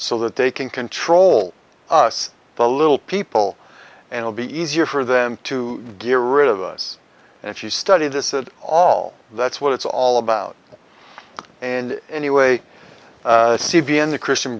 so that they can control us the little people and will be easier for them to get rid of us and she studied this that all that's what it's all about and anyway c v s the christian